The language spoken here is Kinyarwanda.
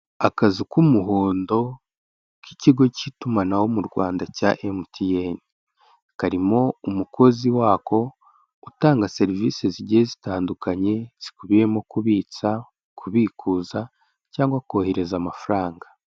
Akazu k'umuhondo k'ikigo cy'itumanaho mu Rwanda cya MTN karimo umukozi wako utanga serivisi zigiye zitandukanye zikubiyemo kubitsa, kubikuza cyangwa kohereza amafaranga.